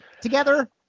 together